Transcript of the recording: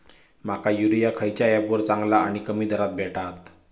माका युरिया खयच्या ऍपवर चांगला आणि कमी दरात भेटात?